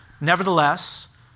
Nevertheless